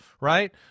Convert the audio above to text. right